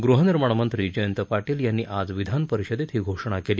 गृहनिर्माण मंत्री जयंत पाटील यांनी आज विधापरिषदेत ही घोषणा केली